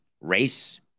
race